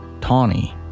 Tawny